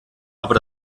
aber